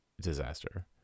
disaster